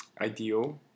ideal